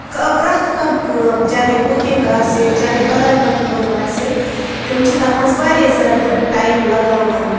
پرٮ۪تھ کانٛہہ کٲم چاہے کُکِنگ آسہِ چاہے بدل کانٛہہ کٲم آسہِ تِم چھِ تَتھ منٛز واریاہ زیادٕ ٹایم لَگاوان